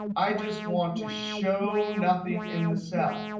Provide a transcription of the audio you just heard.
i just want to show nothing in the cell.